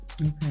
Okay